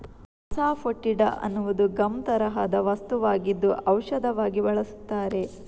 asafoetida ಅನ್ನುವುದು gum ತರಹದ ವಸ್ತುವಾಗಿದ್ದು ಔಷಧವಾಗಿ ಬಳಸುತ್ತಾರೆ